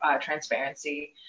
transparency